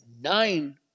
nine